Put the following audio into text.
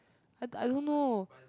I d~ I don't know